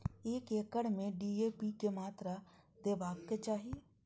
एक एकड़ में डी.ए.पी के मात्रा देबाक चाही?